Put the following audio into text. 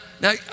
now